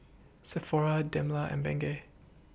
Sephora Dilmah and Bengay